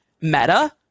Meta